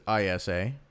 ISA